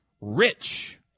Rich